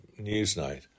Newsnight